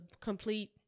complete